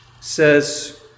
says